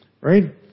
Right